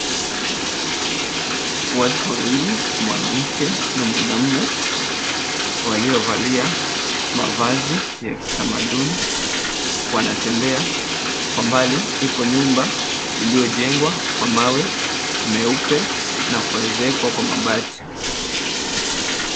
Watu wawili, mwanamke na mwanaume waliovalia mavazi ya kitamaduni wanatembea. Kwa mbali ipo nyumba ilityojengwa kwa mawe meupe na kuezekwa mabati.